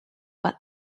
but